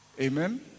Amen